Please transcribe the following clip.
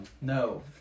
no